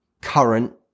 current